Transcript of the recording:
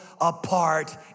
apart